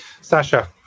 Sasha